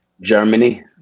Germany